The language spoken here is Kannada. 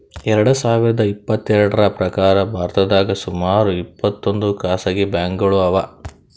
ಎರಡ ಸಾವಿರದ್ ಇಪ್ಪತ್ತೆರಡ್ರ್ ಪ್ರಕಾರ್ ಭಾರತದಾಗ್ ಸುಮಾರ್ ಇಪ್ಪತ್ತೊಂದ್ ಖಾಸಗಿ ಬ್ಯಾಂಕ್ಗೋಳು ಅವಾ